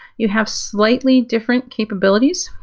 you have slightly different capabilities.